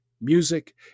music